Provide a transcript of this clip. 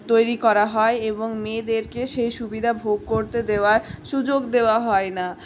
তৈরি করা হয় এবং মেয়েদেরকে সে সুবিধা ভোগ করতে দেওয়ার সুযোগ দেওয়া হয় না